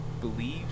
believe